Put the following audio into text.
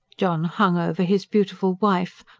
john hung over his beautiful wife,